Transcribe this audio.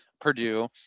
Purdue